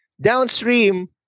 Downstream